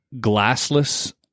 glassless